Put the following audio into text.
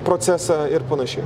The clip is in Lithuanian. procesą ir panašiai